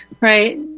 right